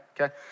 Okay